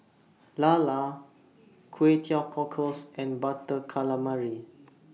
Lala Kway Teow Cockles and Butter Calamari